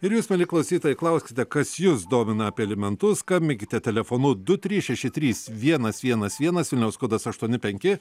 ir jūs mieli klausytojai klauskite kas jus domina apie alimentus skambinkite telefonu du trys šeši trys vienas vienas vienas vilniaus kodas aštuoni penki